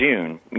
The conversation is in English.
June